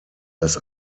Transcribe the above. das